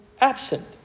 absent